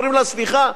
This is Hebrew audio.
אומרים לה: סליחה,